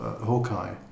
Hawkeye